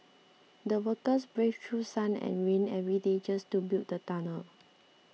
the workers braved through sun and rain every day just to build the tunnel